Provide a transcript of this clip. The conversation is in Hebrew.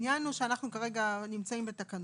העניין הוא שאנחנו כרגע נמצאים בתקנות,